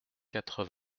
quatre